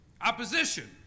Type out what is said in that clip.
Opposition